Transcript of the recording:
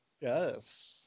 Yes